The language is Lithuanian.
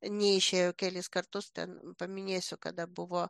neišėjo kelis kartus ten paminėsiu kada buvo